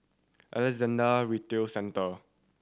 Alexandra Retail Centre